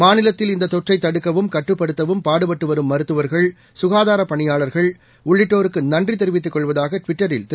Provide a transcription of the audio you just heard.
மாநிலத்தில்இந்ததொற்றைத்தடுக்கவும்கட்டுப்படுத்தவும்பாடுபட்டுவரும்மருத்துவர்க ள் சுகாதாரப்பணியாளர்கள் உள்ளிட்டோருக்குநன்றிதெரிவித்துக்கொள்வதாகட்விட்டரில்திரு